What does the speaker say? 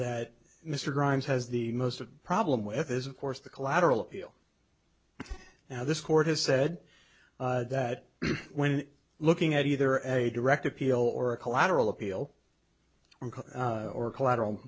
that mr grimes has the most problem with is of course the collateral appeal and now this court has said that when looking at either as a direct appeal or a collateral appeal or collateral